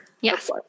Yes